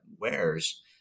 wares